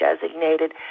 designated